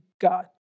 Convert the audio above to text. God